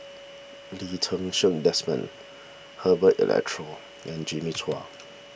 Lee Ti Seng Desmond Herbert Eleuterio and Jimmy Chua